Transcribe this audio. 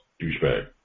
douchebag